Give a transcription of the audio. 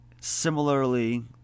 similarly